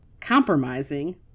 compromising